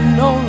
no